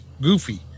goofy